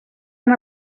han